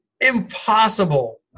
Impossible